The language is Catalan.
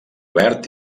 verd